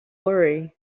worry